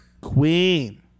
Queen